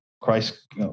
Christ